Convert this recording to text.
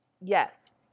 yes